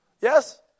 yes